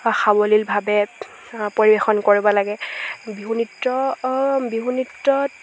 সাৱলীলভাৱে পৰিৱেশন কৰিব লাগে বিহু নৃত্য বিহু নৃত্যত